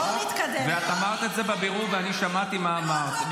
את אמרת את זה בבירור ושמעתי מה אמרת.